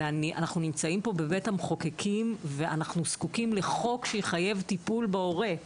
אנחנו נמצאים פה בבית המחוקקים ואנחנו זקוקים לחוק שיחייב טיפול בהורה.